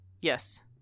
Yes